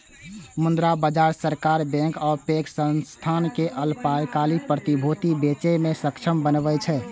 मुद्रा बाजार सरकार, बैंक आ पैघ संस्थान कें अल्पकालिक प्रतिभूति बेचय मे सक्षम बनबै छै